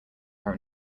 are